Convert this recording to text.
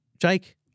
Jake